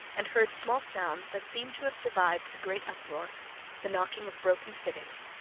and heard small sounds that seemed to have survived the great uproar the knocking of broken fittings,